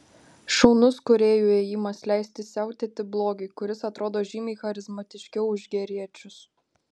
šaunus kūrėjų ėjimas leisti siautėti blogiui kuris atrodo žymiai charizmatiškiau už geriečius